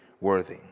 worthy